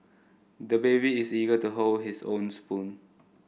the baby is eager to hold his own spoon